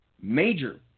major